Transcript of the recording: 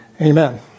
amen